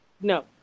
No